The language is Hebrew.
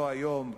לא היום,